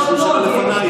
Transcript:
חלשלוש, אבל לפנייך.